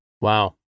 Wow